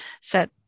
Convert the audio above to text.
set